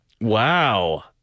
Wow